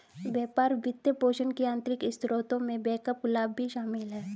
व्यापार वित्तपोषण के आंतरिक स्रोतों में बैकअप लाभ भी शामिल हैं